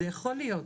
זה יכול להיות,